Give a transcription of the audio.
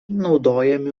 naudojami